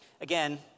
again